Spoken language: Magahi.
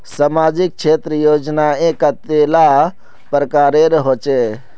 सामाजिक क्षेत्र योजनाएँ कतेला प्रकारेर होचे?